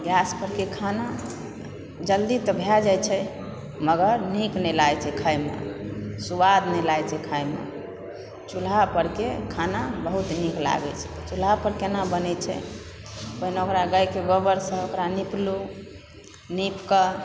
gas परके खाना जल्दी तऽ भए जाइत छै मगर नीक नहि लागैत छै खाएमे स्वाद नहि लागैत छै खाएमे चूल्हा परके खाना बहुत नीक लागैत छै चूल्हा पर केना बनै छै पहिने ओकरा गायके गोबरसंँ ओकरा नीपलहुँ नीपकऽ